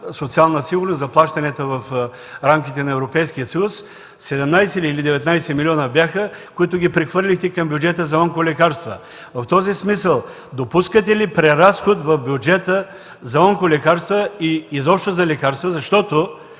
социална сигурност, за плащанията в рамките на Европейския съюз – 17 или 19 милиона бяха, които ги прехвърлихте към бюджета за онколекарства. В този смисъл: допускате ли преразход в бюджета за онколекарства и изобщо за лекарства, защото